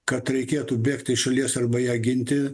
kad reikėtų bėgti iš šalies arba ją ginti